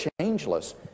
changeless